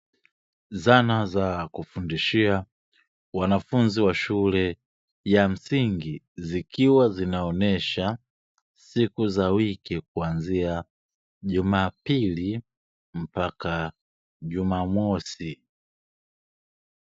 Zana za kufundishia wanafunzi wa shule ya msingi, zikiwa zinaonesha siku za wiki kuanzia jumapili mpaka jumamosi.